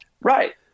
Right